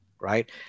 right